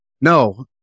no